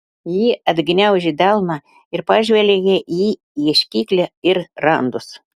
ji atgniaužė delną ir pažvelgė į ieškiklį ir randus